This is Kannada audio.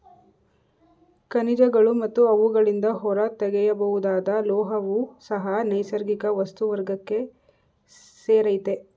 ಖನಿಜಗಳು ಮತ್ತು ಅವುಗಳಿಂದ ಹೊರತೆಗೆಯಬಹುದಾದ ಲೋಹವೂ ಸಹ ನೈಸರ್ಗಿಕ ವಸ್ತು ವರ್ಗಕ್ಕೆ ಸೇರಯ್ತೆ